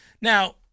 Now